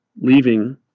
leaving